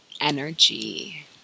energy